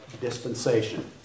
dispensation